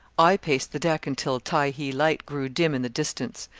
i paced the deck until tyhee light grew dim in the distance,